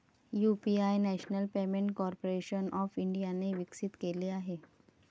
UPI national payment corporation of इंडियाने विकसित केले आहे